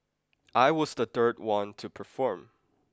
I was the third one to perform